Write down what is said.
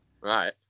Right